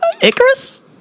Icarus